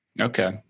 Okay